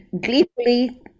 gleefully